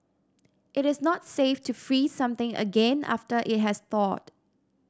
it is not safe to freeze something again after it has thawed